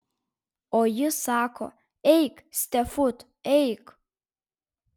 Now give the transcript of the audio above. o jis sako eik stefut eik